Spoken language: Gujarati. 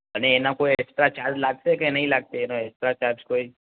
અને એના કોઈ એકસ્ટ્રા ચાર્જ લાગશે કે નહીં લાગશે એનો એકસ્ટ્રા ચાર્જ કોઈ